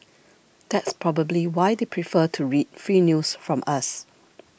that's probably why they prefer to read free news from us